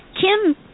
Kim